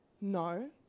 no